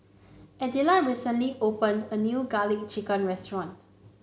Idella recently opened a new garlic chicken restaurant